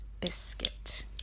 biscuit